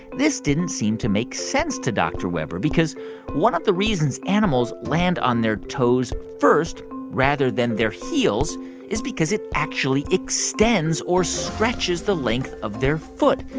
this didn't seem to make sense to dr. webber because one of the reasons animals land on their toes first rather than their heels is because it actually extends or stretches the length of their foot.